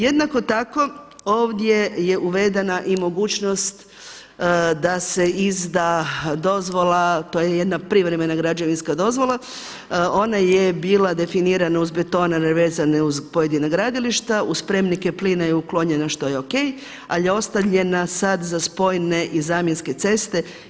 Jednako tako ovdje je uvedena i mogućnost da se izda dozvola to je jedna privremena građevinska dozvola, ona je bila definirana uz betonare vezane uz pojedina gradilišta, uz spremnike plina je uklonjena što je o.k., ali je ostavljena sada za spojne i zamjenske i ceste.